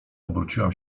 obróciłam